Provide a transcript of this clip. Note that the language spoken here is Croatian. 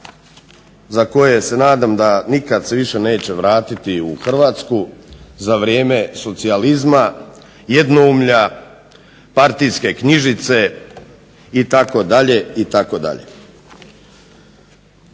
za koje se nadam da nikad se više neće vratiti u Hrvatsku, za vrijeme socijalizma, jednoumlja, partijske knjižice itd.,